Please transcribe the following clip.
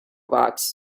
box